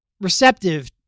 receptive